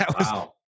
Wow